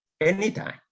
anytime